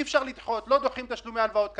לא דוחים תשלומי הלוואות כאלה.